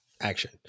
action